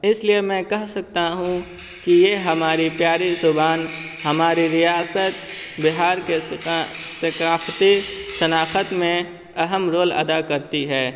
اس لیے میں کہہ سکتا ہوں کہ یہ ہماری پیاری زبان ہماری ریاست بہار کے ثقافتی شناخت میں اہم رول ادا کرتی ہے